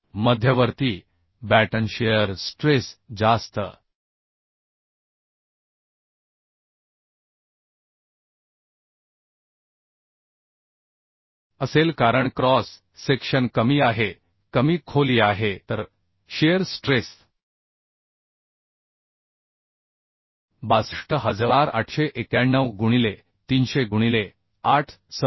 मध्यवर्ती batten shear stress जास्त असेल कारण क्रॉस सेक्शन कमी आहे कमी खोली आहे तर शिअर स्ट्रेस 62891 गुणिले 300 गुणिले 8 26